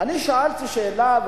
אני שאלתי שאלה,